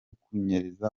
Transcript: kunyereza